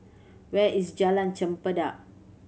where is Jalan Chempedak